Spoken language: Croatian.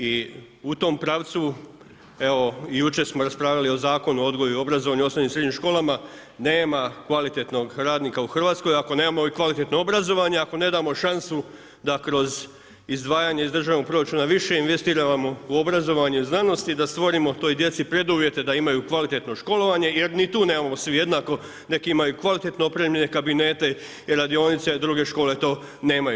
I u tom pravcu evo i jučer smo raspravljali o Zakonu o odgoju i obrazovanju u osnovnim i srednjim školama, nema kvalitetnog radnika u Hrvatskoj ako nema i kvalitetnog obrazovanja, ako ne damo šansu da kroz izdvajanje iz državnog proračuna više investiramo u obrazovanje i znanost i da stvorimo toj djeci preduvjete da imaju kvalitetno školovanje jer ni tu nemamo svi jednako, neki imaju kvalitetno opremljene kabinete i radionice a druge škole to nemaju.